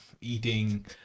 eating